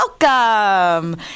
welcome